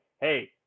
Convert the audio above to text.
Hey